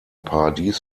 paradies